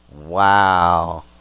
Wow